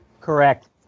Correct